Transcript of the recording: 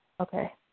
Okay